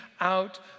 out